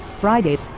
Friday